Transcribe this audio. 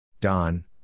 Don